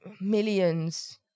millions